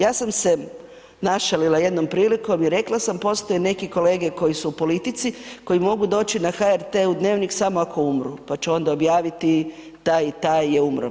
Ja sam se našalila jednom prilikom i rekla sam postoje neki kolege koji su u politici koji mogu doći na HRT u „Dnevnik“ samo ako umru pa će onda objaviti taj i taj je umro.